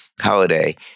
holiday